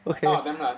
okay